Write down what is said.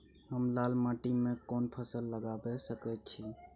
हम लाल माटी में कोन फसल लगाबै सकेत छी?